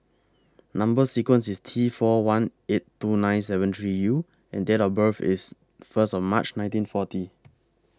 Number sequence IS T four one eight two nine seven three U and Date of birth IS First of March nineteen forty